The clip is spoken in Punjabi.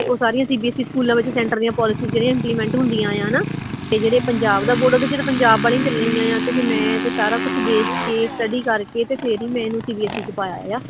ਅਤੇ ਉਹ ਸਾਰੀਆਂ ਸੀ ਬੀ ਐਸ ਈ ਸਕੂਲਾਂ ਵਿੱਚ ਸੈਂਟਰ ਦੀਆਂ ਪੋਲਸੀਸ ਜਿਹੜੀਆਂ ਇੰਪਲੀਮੈਂਟ ਹੁੰਦੀਆਂ ਏ ਹੈ ਨਾ ਅਤੇ ਜਿਹੜੇ ਪੰਜਾਬ ਦਾ ਬੋਰਡ ਉਹਦੇ 'ਚ ਤਾਂ ਪੰਜਾਬ ਵਾਲੀਆਂ ਹੀ ਚਲਣੀਆਂ ਆਂ ਅਤੇ ਫਿਰ ਮੈਂ ਤਾਂ ਸਾਰਾ ਕੁਛ ਦੇਖ ਕੇ ਸਟਡੀ ਕਰਕੇ ਅਤੇ ਫੇਰ ਹੀ ਮੈਂ ਇਹਨੂੰ ਸੀ ਬੀ ਐਸ ਈ 'ਚ ਪਾਇਆ ਏ ਆ